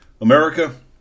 America